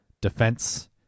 defense